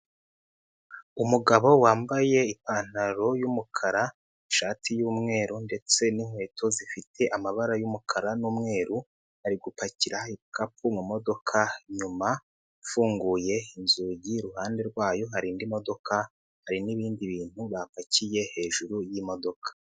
Umugabo wambaye ipantaro y'umukara, ishati y'umweru ndetse n'inkweto zifite amabara y'umukara n'umweru ari gupakira ibikapu mu modoka inyuma ifunguye inzugi, iruhande rwayo hari modoka, hari n'ibindi bintu bapakiye hejuru y'imodoka.